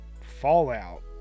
Fallout